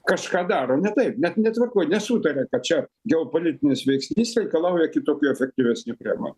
kažką daro ne taip net netvarkoj nesutaria kad čia geopolitinis veiksnys reikalauja kitokių efektyvesnių priemonių